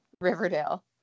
Riverdale